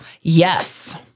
Yes